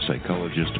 psychologist